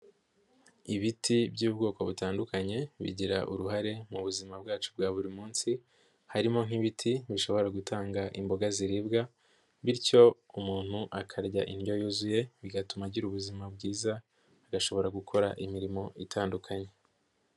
Ibiti by'ubwoko butandukanye bigira uruhare mu buzima bwacu bwa buri munsi, harimo nk'ibiti bishobora gutanga imboga ziribwa bityo umuntu akarya indyo yuzuye bigatuma agira ubuzima bwiza agashobora gukora imirimo itandukanye.